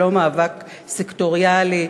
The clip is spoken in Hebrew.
הוא לא מאבק סקטוריאלי,